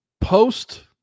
post